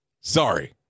Sorry